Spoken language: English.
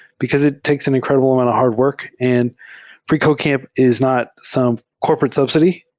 because it takes an incred ible amount of hard work, and freecodecamp is not some corporate subsidy.